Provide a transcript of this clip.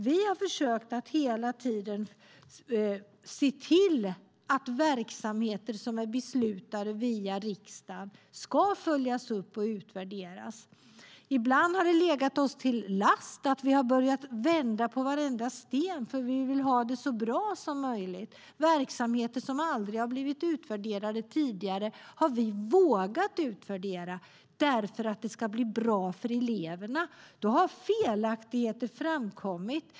Vi har försökt att hela tiden se till att verksamheter som är beslutade via riksdagen ska följas upp och utvärderas. Ibland har det legat oss till last att vi har börjat vända på varenda sten för att få det så bra som möjligt. Verksamheter som aldrig har blivit utvärderade tidigare har vi vågat utvärdera för att det ska bli bra för eleverna. Då har felaktigheter framkommit.